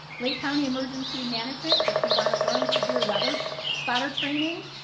lake county emergency management. if you want to learn severe weather spotter training,